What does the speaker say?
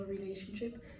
relationship